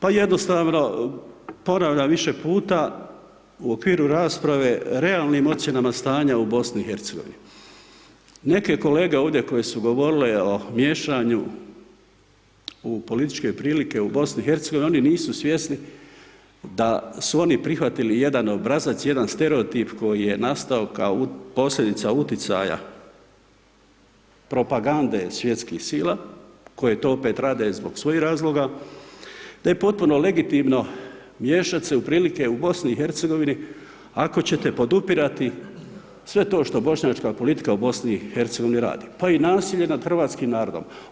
Pa jednostavno ponavljam više puta u okviru rasprave realnim ocjenama stanja u BIH, neke kolege ovdje koje su govorile o miješanju u političke prilike u BIH, oni nisu svjesni da su oni prihvatili jedan obrazac, jedan stereotip koji je nastao kao posljedica uticanja propagande svjetskih sila, koji to opet rade radi svojih razloga, te je potpuno legitimno miješati se u prilike u BIH, ako ćete podupirati sve to što bošnjačka politika u BIH radi, pa i nasilje nad hrvatskim narodom.